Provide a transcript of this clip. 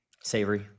Savory